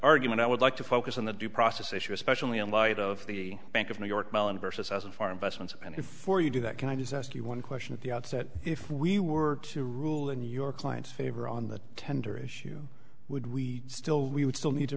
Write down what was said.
argument i would like to focus on the due process issue especially in light of the bank of new york mellon versus as a foreign investment and for you to that can i just ask you one question at the outset if we were to rule in your client's favor on the tender issue would we still we would still need to